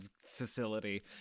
facility